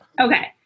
Okay